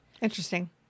Interesting